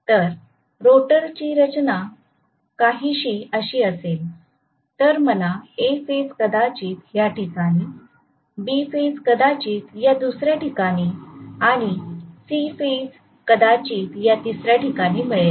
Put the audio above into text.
तर रोटोरची रचना काहीशी अशी असेल तर मला A फेज कदाचित या ठिकाणी B फेज कदाचित या दुसऱ्या ठिकाणी आणि C फेज कदाचित या तिसऱ्या ठिकाणी मिळेल